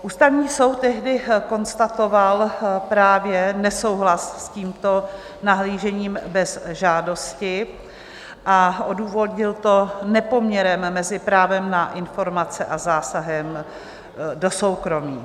Ústavní soud tehdy konstatoval právě nesouhlas s tímto nahlížením bez žádosti a odůvodnil to nepoměrem mezi právem na informace a zásahem do soukromí.